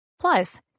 Plus